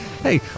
Hey